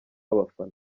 abafana